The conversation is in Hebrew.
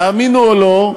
תאמינו או לא,